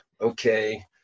okay